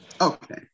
okay